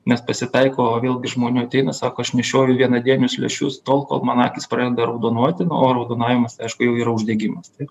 nes pasitaiko vėlgi žmonių ateina sako aš nešioju vienadienius lęšius tol kol man akys pradeda raudonuoti na o raudonavimas aišku jau yra uždegimas taip